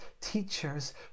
teachers